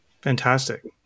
Fantastic